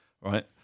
right